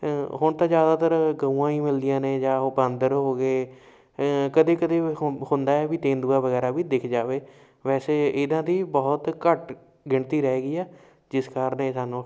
ਹੁਣ ਤਾਂ ਜ਼ਿਆਦਾਤਰ ਗਊਆਂ ਹੀ ਮਿਲਦੀਆਂ ਨੇ ਜਾਂ ਉਹ ਬਾਂਦਰ ਹੋ ਗਏ ਕਦੇ ਕਦੇ ਹੁੰ ਹੁੰਦਾ ਹੈ ਵੀ ਤੇਂਦੂਆ ਵਗੈਰਾ ਵੀ ਦਿਖ ਜਾਵੇ ਵੈਸੇ ਇਹਨਾਂ ਦੀ ਬਹੁਤ ਘੱਟ ਗਿਣਤੀ ਰਹਿ ਗਈ ਹੈ ਜਿਸ ਕਾਰਨ ਇਹ ਸਾਨੂੰ